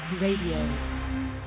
Radio